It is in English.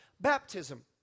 baptism